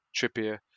Trippier